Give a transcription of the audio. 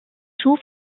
schuf